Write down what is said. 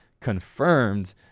confirmed